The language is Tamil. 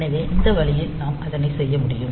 எனவே இந்த வழியில் நாம் அதனை செய்ய முடியும்